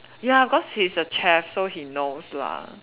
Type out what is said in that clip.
ya cause he's the chef so he knows lah